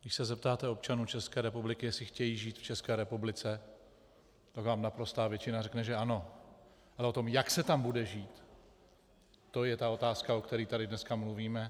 Když se zeptáte občanů České republiky, jestli chtějí žít v České republice, tak vám naprostá většina řekne, že ano, ale to, jak se tam bude žít, to je ta otázka, o které tady dneska mluvíme.